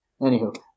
Anywho